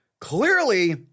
Clearly